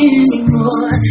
anymore